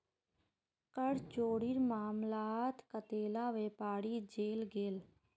कर चोरीर मामलात कतेला व्यापारी जेल गेल